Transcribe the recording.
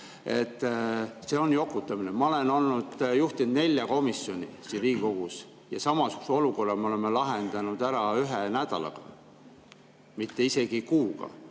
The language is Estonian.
See on jokutamine. Ma olen juhtinud nelja komisjoni siin Riigikogus ja samasuguse olukorra me oleme lahendanud ära ühe nädalaga, me ei räägi